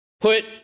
put